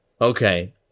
Okay